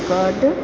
card